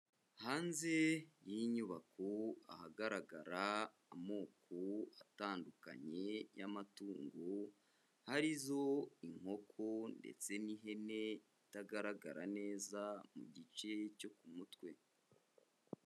Hanze y'inyubako ahagaragara amoko atandukanye y'amatungo, ari zo inkoko ndetse n'ihene itagaragara neza mu gice cyo ku mutwe.